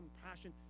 compassion